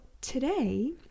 today